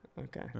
okay